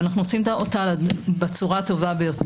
ואנחנו עושים אותה בצורה הטובה ביותר.